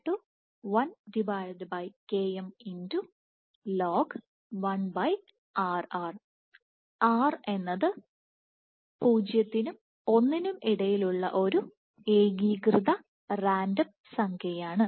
r എന്നത് ഇത് 0 നും 1 നും ഇടയിലുള്ള ഒരു ഏകീകൃത റാൻഡം സംഖ്യയാണ്